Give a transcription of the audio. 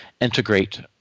integrate